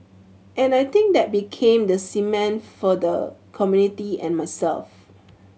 and I think that became the cement for the community and myself